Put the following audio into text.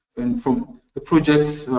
and from the projects